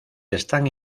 están